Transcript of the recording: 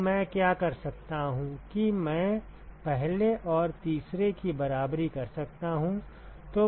अब मैं क्या कर सकता हूं कि मैं पहले और तीसरे की बराबरी कर सकता हूं